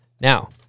Now